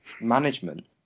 management